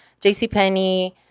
JCPenney